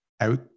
out